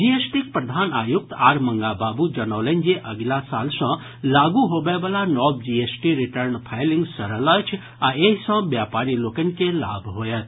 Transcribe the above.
जीएसटीक प्रधान आयुक्त आर मंगाबाबू जनौलनि जे अगिला साल सँ लागू होबयवला नव जीएसटी रिटर्न फाइलिंग सरल अछि आ एहि सँ व्यापारी लोकनि के लाभ होयत